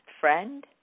friend